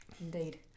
Indeed